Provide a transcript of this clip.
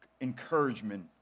encouragement